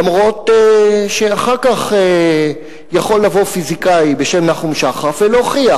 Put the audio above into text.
אף-על-פי שאחר כך יכול לבוא פיזיקאי בשם נחום שחף ולהוכיח,